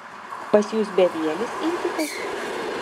pas jus bevielis intikas